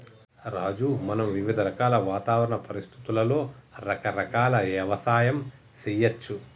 రాజు మనం వివిధ రకాల వాతావరణ పరిస్థితులలో రకరకాల యవసాయం సేయచ్చు